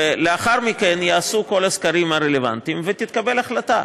לאחר מכן ייעשו כל הסקרים הרלוונטיים ותתקבל החלטה.